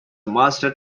master